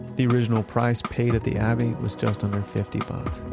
the original price paid at the abbey was just under fifty bucks.